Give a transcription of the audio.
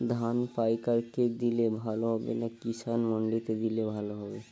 ধান পাইকার কে দিলে ভালো হবে না কিষান মন্ডিতে দিলে ভালো হবে?